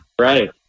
Right